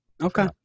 Okay